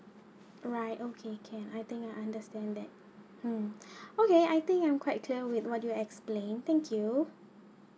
alright okay can I think I understand that um okay I think I'm quite clear with what do you explain thank you